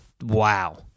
Wow